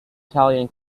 italian